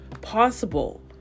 possible